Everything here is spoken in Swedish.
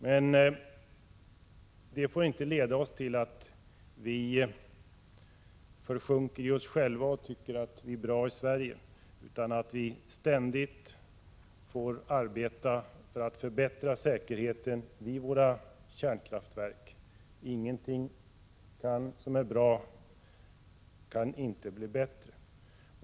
Men det får inte leda oss till att försjunka i oss själva och tycka att vi är bra i Sverige, utan vi måste ständigt arbeta för att förbättra säkerheten vid våra kärnkraftverk. Ingenting är så bra att det inte kan bli bättre.